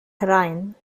herein